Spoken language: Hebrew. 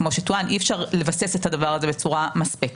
אי אפשר לבסס את הדבר הזה בצורה מספקת.